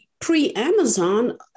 pre-Amazon